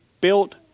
built